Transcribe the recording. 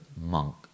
monk